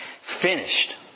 finished